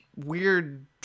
weird